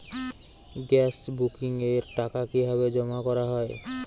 Gas বুকিংয়ের টাকা কিভাবে জমা করা হয়?